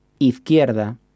izquierda